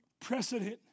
precedent